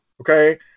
Okay